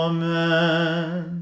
Amen